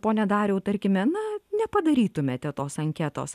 pone dariau tarkime na nepadarytumėte tos anketos